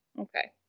Okay